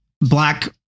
Black